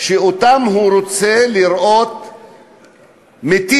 אותם הוא רצה לראות מתים.